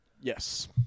Yes